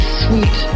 sweet